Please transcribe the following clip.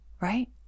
Right